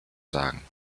sagen